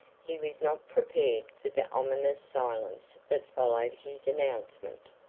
he was not prepared for the ominous silence that followed his announcement.